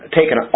taken